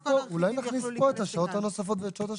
אולי נכניס פה את השעות הנוספות ואת שעות השבת.